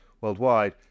worldwide